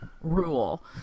rule